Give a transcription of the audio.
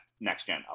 next-gen